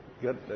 Good